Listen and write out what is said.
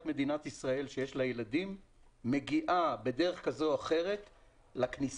מדינת ישראל שיש לה ילדים מגיעה בדרך כזו או אחרת לכניסה